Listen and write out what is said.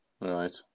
Right